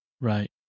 Right